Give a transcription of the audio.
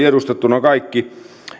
edustettuina kaikki